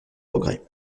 progrès